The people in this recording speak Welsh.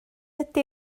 ydy